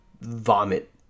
vomit